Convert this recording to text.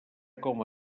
com